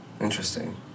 Interesting